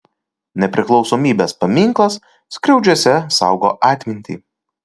nepriklausomybės paminklas skriaudžiuose saugo atmintį